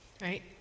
right